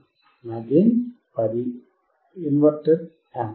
నా gain 10 invert invert amplifier